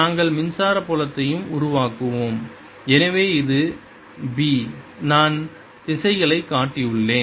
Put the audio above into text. நாங்கள் மின்சாரத் புலத்தையும் உருவாக்குகிறோம் எனவே இது B நான் திசைகளைக் காட்டியுள்ளேன்